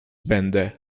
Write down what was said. będę